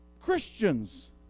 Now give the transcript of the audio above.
Christians